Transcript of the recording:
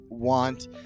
want